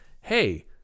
hey